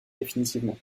définitivement